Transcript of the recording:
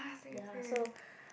ya so